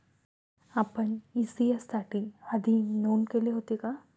आपण इ.सी.एस साठी आधी नोंद केले होते का?